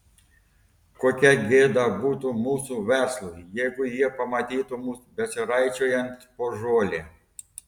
kokia gėda būtų mūsų verslui jeigu jie pamatytų mus besiraičiojant po žolę